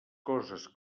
coses